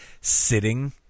sitting